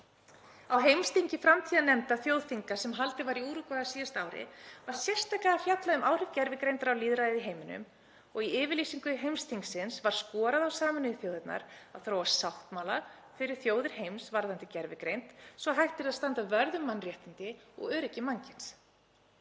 Á heimsþingi framtíðarnefnda þjóðþinga, sem haldið var í Úrúgvæ á síðasta ári, var sérstaklega fjallað um áhrif gervigreindar á lýðræðið í heiminum og í yfirlýsingu heimsþingsins var skorað á Sameinuðu þjóðirnar að þróa sáttmála fyrir þjóðir heims varðandi gervigreind svo að hægt yrði að standa vörð um mannréttindi og öryggi mannkyns.